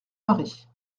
marie